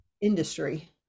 industry